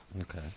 Okay